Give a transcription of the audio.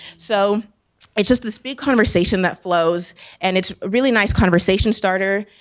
so it's just this big conversation that flows and it's really nice conversation starter.